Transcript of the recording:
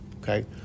okay